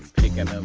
begin um